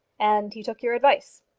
and he took your advice.